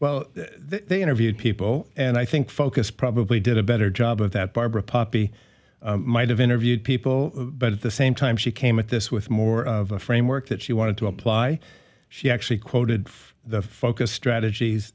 well they interviewed people and i think focus probably did a better job of that barbara poppy might have interviewed people but at the same time she came at this with more of a framework that she wanted to apply she actually quoted the focus strategies